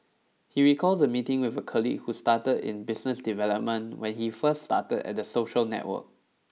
he recalls a meeting with a colleague who started in business development when he first started at the social network